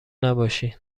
نباشین